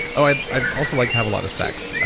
i also like to have a lot of sex.